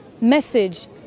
message